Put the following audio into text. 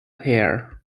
hair